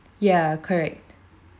ya correct